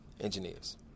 engineers